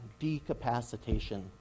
decapacitation